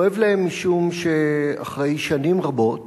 כואב להם משום שאחרי שנים רבות